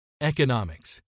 Economics